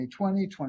2020